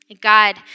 God